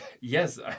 Yes